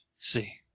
See